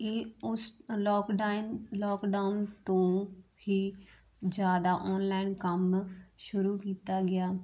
ਇਹ ਉਸ lockdown lockdown ਤੋਂ ਹੀ ਜ਼ਿਆਦਾ ਆਨਲਾਈਨ ਕੰਮ ਸ਼ੁਰੂ ਕੀਤਾ ਗਿਆ